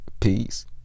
Peace